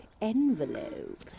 envelope